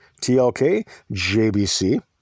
TLKJBC